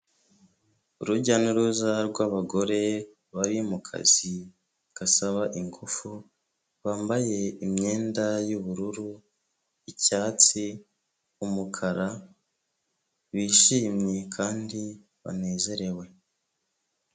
Urujya n'uruza rw'bagore bari mu kazi gasaba ingufu, bambaye imyenda y'ubururu, icyatsi, umukara, bishimye kandi banezerewe.